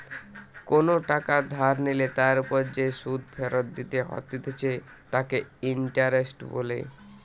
কোনো টাকা ধার নিলে তার ওপর যে সুধ ফেরত দিতে হতিছে তাকে ইন্টারেস্ট বলে